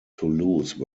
toulouse